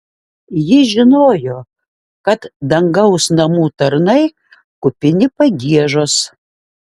ji žinojo kad dangaus namų tarnai kupini pagiežos